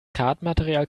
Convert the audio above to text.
kartenmaterial